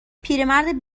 پیرمرد